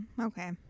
Okay